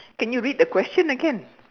can you read the question again